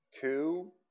two